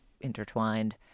intertwined